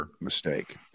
mistake